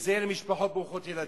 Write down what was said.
שזה יהיה למשפחות ברוכות ילדים,